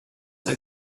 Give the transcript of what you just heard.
like